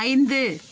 ஐந்து